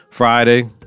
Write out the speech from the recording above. Friday